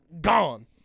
Gone